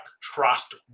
trust